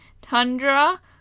Tundra